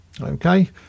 Okay